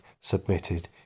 submitted